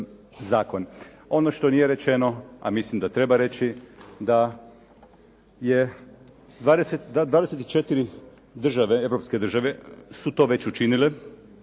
Ono što nije rečeno, a mislim da treba reći da je 24 države, europske države su to već učinile.